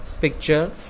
picture